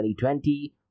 2020